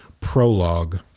prologue